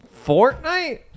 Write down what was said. Fortnite